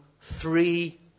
three